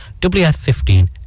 WF15